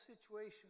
situation